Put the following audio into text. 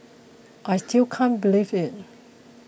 I still can't believe it